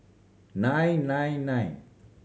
nine nine nine